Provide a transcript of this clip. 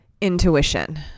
Intuition